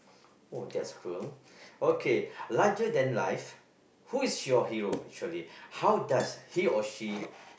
oh that's cruel okay larger than life who is your hero actually how does he or she